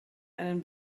einen